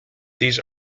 these